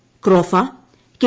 Kropha K